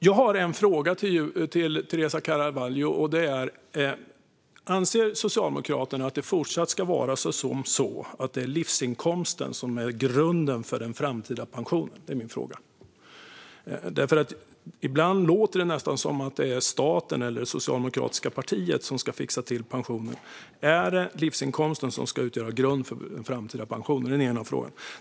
Jag har två frågor till Teresa Carvalho. Anser Socialdemokraterna att livsinkomsten fortsatt ska vara grunden för den framtida pensionen? Ibland låter det nästan som att det är staten eller socialdemokratiska partiet som ska fixa till pensionerna. Är det livsinkomsten som ska utgöra grunden för den framtida pensionen? Det är den ena frågan.